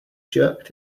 jerked